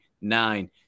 nine